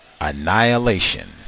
annihilation